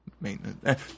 maintenance